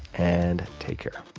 and take care